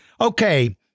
Okay